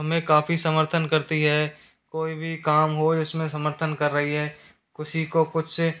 हमें काफ़ी समर्थन करती है कोई भी काम हो इसमें समर्थन कर रही है किसी को कुछ